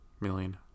million